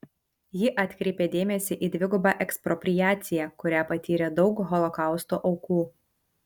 ji atkreipė dėmesį į dvigubą ekspropriaciją kurią patyrė daug holokausto aukų